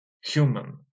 human